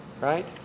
Right